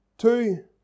Two